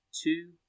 two